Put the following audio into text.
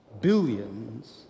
billions